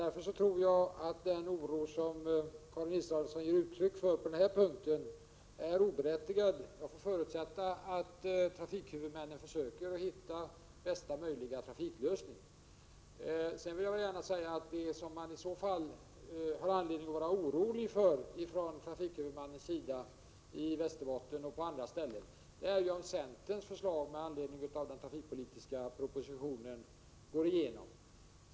Därför tror jag att den oro som Karin Israelsson ger uttryck för på denna punkt är oberättigad. Jag förutsätter att trafikhuvudmännen försöker hitta bästa möjliga trafiklösningar. Sedan vill jag gärna säga att det skulle vara en större anledning till oro för trafikhuvudmännen i Västerbotten och andra platser, om centerns förslag i anledning av trafikpolitiska propositionen skulle gå igenom.